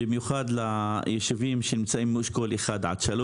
במיוחד לישובים שנמצאים באשכולות 1 3,